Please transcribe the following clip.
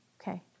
Okay